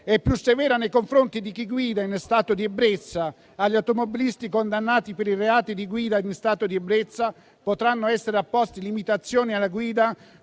più severa nei confronti di chi guida in stato di ebbrezza. Agli automobilisti condannati per i reati di guida in stato di ebbrezza potranno essere applicate limitazioni alla guida